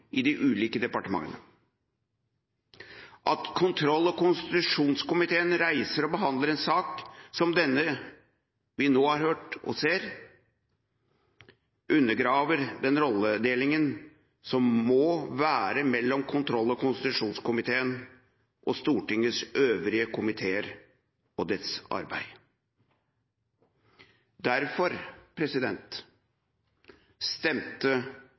i de ulike departementene. At kontroll- og konstitusjonskomiteen reiser og behandler en sak som denne vi nå har, undergraver den rolledelingen som må være mellom kontroll- og konstitusjonskomiteen og Stortingets øvrige komiteer og dets arbeid. Derfor stemte